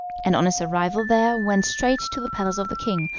and on his arrival there went straight to the palace of the king,